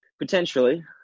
Potentially